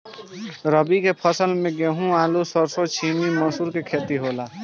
रबी के फसल में गेंहू, आलू, सरसों, छीमी, मसूर के खेती होला